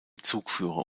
zugführer